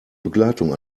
begleitung